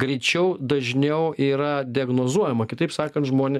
greičiau dažniau yra diagnozuojama kitaip sakant žmonė